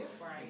right